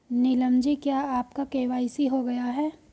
नीलम ji KYC आपका के.वाई.सी हो गया है?